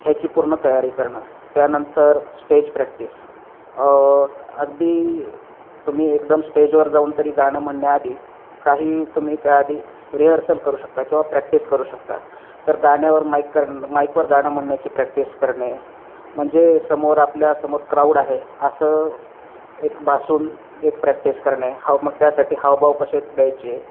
ह्याची पूर्ण तयारी करणं त्यानंतर स्टेज प्रॅक्टिस अगदी तुम्ही एकदम स्टेजवर जाऊन तरी गाणं म्हणण्या आधी काही तुम्ही त्या आधी रिहर्सल करू शकता किंवा प्रॅक्टिस करू शकता तर गाण्यावर माईक कर माईकवर गाणं म्हणण्याची प्रॅक्टिस करणे म्हणजे समोर आपल्यासमोर क्राऊड आहे असं एक भासून एक प्रॅक्टिस करणे हा मग त्यासाठी हावभाव कसे द्यायचे